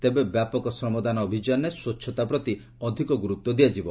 ତେବେ ବ୍ୟାପକ ଶ୍ରମଦାନ ଅଭିଯାନରେ ସ୍ୱଚ୍ଚତା ପ୍ରତି ଅଧିକ ଗୁରୁତ୍ୱ ଦିଆଯିବ